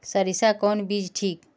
सरीसा कौन बीज ठिक?